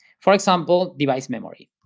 for example device memory.